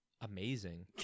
amazing